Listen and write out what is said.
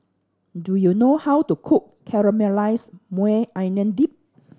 do you know how to cook Caramelized Maui Onion Dip